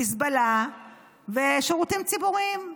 מזבלה ושירותים ציבוריים.